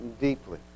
deeply